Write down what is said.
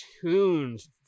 tunes